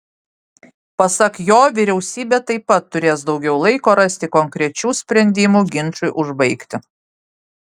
pasak jo vyriausybė taip pat turės daugiau laiko rasti konkrečių sprendimų ginčui užbaigti